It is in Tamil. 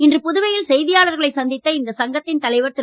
இன்று புதுவையில் செய்தியாளர்களை சந்தித்த இந்த சங்கத்தின் தலைவர் திரு